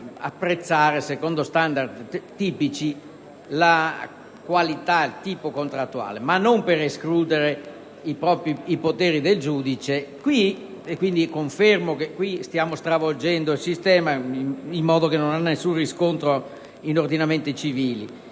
apprezzare, secondo standard tipici, la qualità tipo contrattuale, ma non per escludere i poteri del giudice. Quindi, confermo che stiamo stravolgendo il sistema in un modo che non ha nessun riscontro in ordinamenti civili.